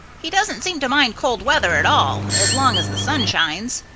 he doesn't seem to mind cold weather at all, as long as the sun shines.